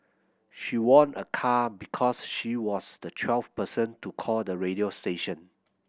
she won a car because she was the twelfth person to call the radio station